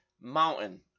mountain